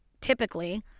typically